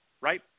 right